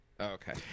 Okay